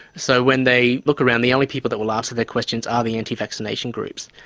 so when they look around, the only people that will answer their questions are the anti-vaccination groups.